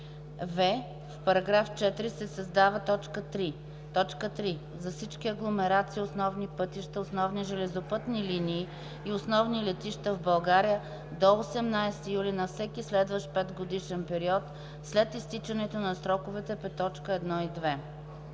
2.”; в) в § 4 се създава т. 3: „3. за всички агломерации, основни пътища, основни железопътни линии и основни летища в България – до 18 юли на всеки следващ 5-годишен период, след изтичането на сроковете по т.